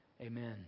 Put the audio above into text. Amen